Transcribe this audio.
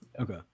Okay